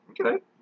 okay